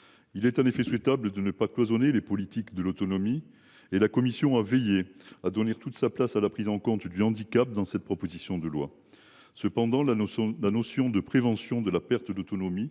effet, il est souhaitable de ne pas cloisonner les politiques de l’autonomie. La commission a veillé à donner toute sa place à la prise en compte du handicap dans cette proposition de loi. Cependant, la notion de perte d’autonomie